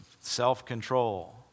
self-control